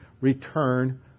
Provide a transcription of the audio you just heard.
return